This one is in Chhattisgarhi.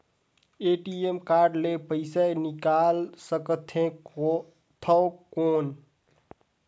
ए.टी.एम कारड ले पइसा निकाल सकथे थव कौन?